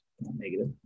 Negative